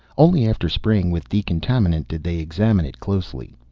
only after spraying with decontaminant, did they examine it closely.